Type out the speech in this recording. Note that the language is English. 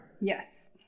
Yes